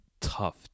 tough